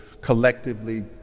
collectively